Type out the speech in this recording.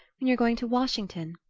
when you're going to washington?